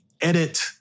edit